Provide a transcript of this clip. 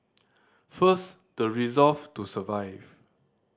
first the resolve to survive